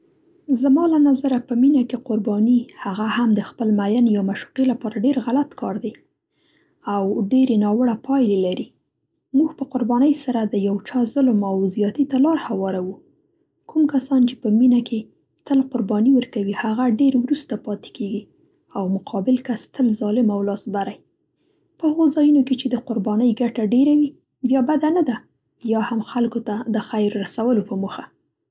زما له نظره په مینه کې قرباني هغه هم د خپل مین یا معشوقې لپاره ډېر غلط کار دی او ډېرې ناوړه پایلې لري. موږ په قربانۍ سره د یو چا ظلم او زیاتي ته لار هواروو. کوم کسان چې په مینه کې تل قرباني ورکوي هغه ډېر وروسته پاتې کیږي او مقابل کس تل ظالم او لاس بری. په هغه ځایونو کې د قربانۍ ګټه ډېره وي بیا بده نه ده یا هم خلکو ته د خیر رسولو په موخه.